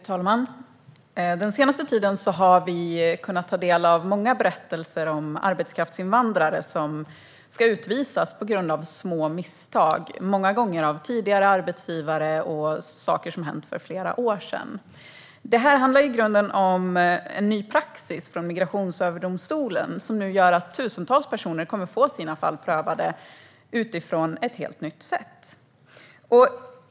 Fru talman! Den senaste tiden har vi kunnat ta del av många berättelser om arbetskraftsinvandrare som ska utvisas på grund av små misstag, som många gånger gjorts av tidigare arbetsgivare, och saker som hänt för flera år sedan. Detta handlar i grunden om en ny praxis från Migrationsöverdomstolen som nu gör att tusentals personer kommer att få sina fall prövade utifrån ett helt nytt sätt.